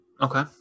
Okay